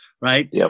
Right